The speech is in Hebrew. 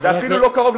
עכשיו,